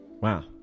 Wow